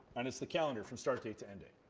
and is the calendar from start date to end date.